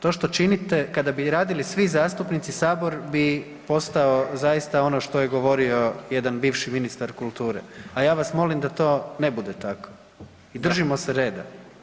To što činite, kada bi radili svi zastupnici Sabor bi postao zaista ono što je govorio jedan bivši ministar kulture, a ja vas molim da to ne bude tako i držimo se reda.